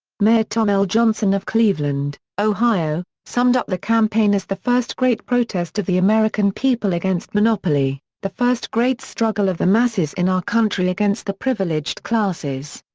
mayor tom l. johnson of cleveland, ohio, summed up the campaign as the first great protest of the american people against monopoly the first great struggle of the masses in our country against the privileged classes.